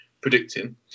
predicting